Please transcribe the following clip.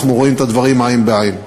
אנחנו רואים את הדברים עין בעין.